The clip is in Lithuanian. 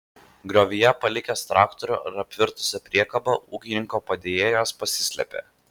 griovyje palikęs traktorių ir apvirtusią priekabą ūkininko padėjėjas pasislėpė